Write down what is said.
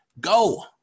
Go